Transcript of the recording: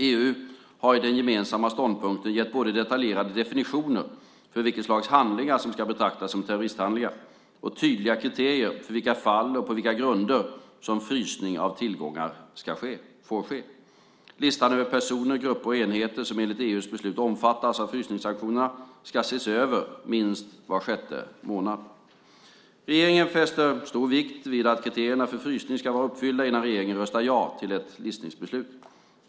EU har i den gemensamma ståndpunkten gett både detaljerade definitioner för vilket slags handlingar som ska betraktas som terroristhandlingar och tydliga kriterier för i vilka fall och på vilka grunder som frysning av tillgångar får ske. Listan över personer, grupper och enheter som enligt EU:s beslut omfattas av frysningssanktionerna ska ses över minst var sjätte månad. Regeringen fäster stor vikt vid att kriterierna för frysning ska vara uppfyllda innan regeringen röstar ja till ett listningsbeslut.